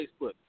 Facebook